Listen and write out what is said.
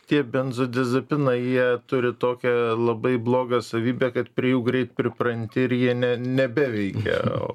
tie benzodizepinai jie turi tokią labai blogą savybę kad prie jų greit pripranti ir jie ne nebeveikia o